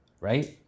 right